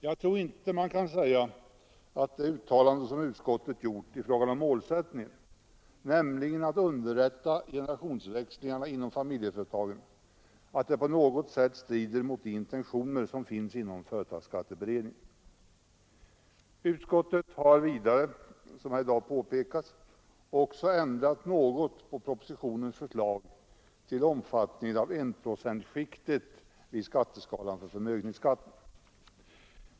Jag tror inte man kan säga att det uttalande som utskottet gjort i fråga om målsättningen, nämligen att underlätta generationsväxlingarna inom familjeföretagen, på något sätt strider mot de intentioner som finns inom företagsskatteberedningen. Utskottet har vidare, som här i dag påpekats, också ändrat något på propositionens förslag till omfattningen av enprocentsskiktet för förmögenhetsbeskattningen.